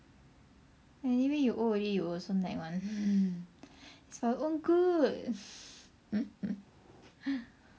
anyway you old already you will also nag [one] it's for your own good